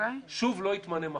שוב לא יתמנה מפכ"ל.